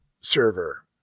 server